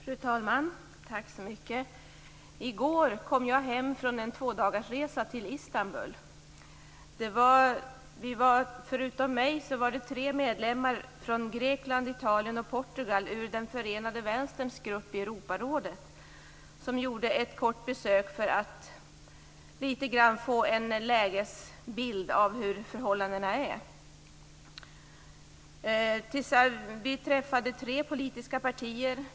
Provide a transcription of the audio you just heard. Fru talman! I går kom jag hem från en tvådagarsresa till Istanbul. Förutom jag var det tre medlemmar från Grekland, Italien och Portugal ur den förenade vänsterns grupp i Europarådet som gjorde ett kort besök för att lite grann få en lägesbild av hur förhållandena är. Vi träffade tre politiska partier.